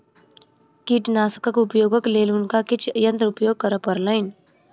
कीटनाशकक उपयोगक लेल हुनका किछ यंत्र उपयोग करअ पड़लैन